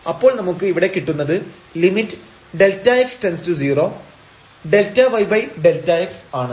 അപ്പോൾ നമുക്ക് ഇവിടെ കിട്ടുന്നത് lim┬Δx→0⁡ΔyΔx ആണ്